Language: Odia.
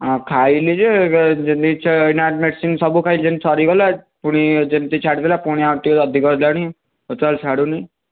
ଆ ଖାଇଲିଯେ ଯେମତି ଏଇନା ମେଡ଼ିସିନ ସବୁ ଖାଇଲି ଯେମତି ସରିଗଲା ପୁଣି ଯେମତି ଛାଡ଼ିଦେଲା ପୁଣି ଆଉ ଟିକେ ଅଧିକ ହେଲାଣି ଟୋଟାଲ ଛାଡ଼ୁନି